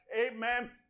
Amen